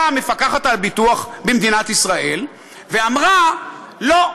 באה המפקחת על הביטוח במדינת ישראל ואמרה: לא,